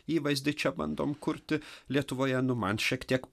įvaizdį čia bandom kurti lietuvoje nu man šiek tiek